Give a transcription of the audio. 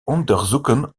onderzoeken